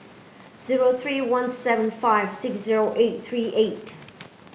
zero three one seven five six zero eight three eight